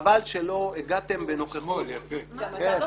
חבל שלא הגעתם בנוכחות --- גם אתה בשמאל?